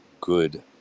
good